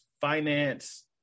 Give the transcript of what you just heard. finance